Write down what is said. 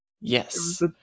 Yes